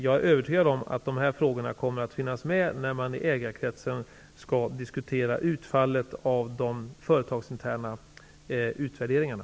Jag är övertygad om att dessa frågor kommer att finnas med när man i ägarkretsen skall diskutera utfallet av de företagsinterna utvärderingarna.